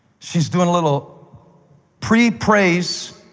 she's doing a little pre-praise